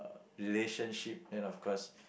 relationship then of course